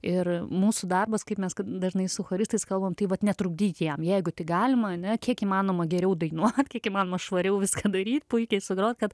ir mūsų darbas kaip mes kad dažnai su choristais kalbam tai vat netrukdyk jam jeigu tik galima ane kiek įmanoma geriau dainuot kiek įmanoma švariau viską daryt puikiai sugroti kad